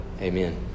Amen